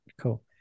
Cool